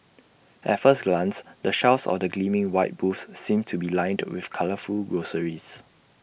at first glance the shelves of the gleaming white booths seem to be lined with colourful groceries